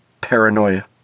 Paranoia